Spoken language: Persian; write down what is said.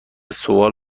سوال